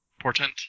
Portent